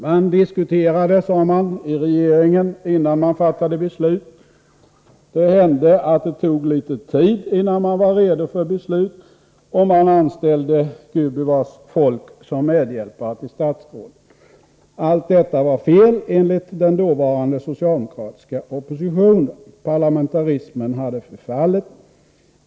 Man diskuterade i regeringen innan man fattade beslut, det hände att det tog litet tid innan man var redo för beslut, och man anställde gubevars folk som medhjälpare till statsråden — allt detta var fel enligt den dåvarande socialdemokratiska oppositionen. Parlamentarismen hade förfallit.